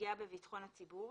לפגיעה בביטחון ציבור,